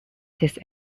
this